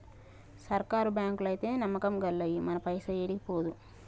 సర్కారు బాంకులైతే నమ్మకం గల్లయి, మన పైస ఏడికి పోదు